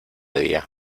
día